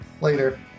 Later